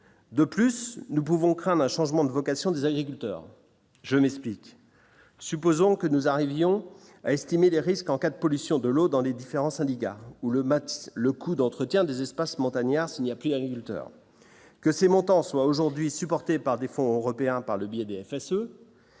de plus nous pouvons craindre un changement de vocation des agriculteurs, je m'explique : supposons que nous arrivions à estimer les risques en cas de pollution de l'eau dans les différents syndicats ou le match, le coût d'entretien des espaces montagnards signa plus agriculteurs que ces montants soient aujourd'hui supportés par des fonds européens par le biais des